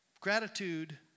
Gratitude